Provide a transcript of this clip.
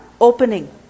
opening